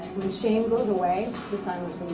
when shame goes away, the silence